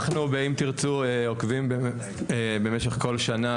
אנחנו באם תרצו עוקבים במשך כל שנה,